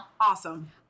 Awesome